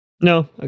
No